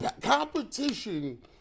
competition